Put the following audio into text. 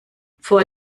vor